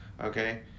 okay